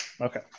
Okay